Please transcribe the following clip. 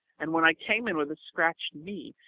and when i came in with a scratched knee,